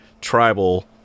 tribal